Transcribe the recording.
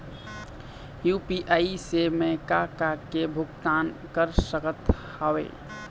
UPI से मैं का का के भुगतान कर सकत हावे?